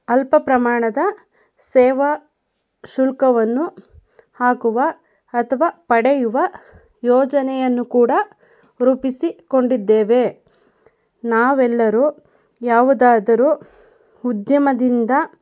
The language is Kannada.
ಅಲ್ಪ ಪ್ರಮಾಣದ ಸೇವಾ ಶುಲ್ಕವನ್ನು ಹಾಕುವ ಅಥ್ವಾ ಪಡೆಯುವ ಯೋಜನೆಯನ್ನು ಕೂಡ ರೂಪಿಸಿಕೊಂಡಿದ್ದೇವೆ ನಾವೆಲ್ಲರೂ ಯಾವುದಾದರು ಉದ್ಯಮದಿಂದ